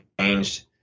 changed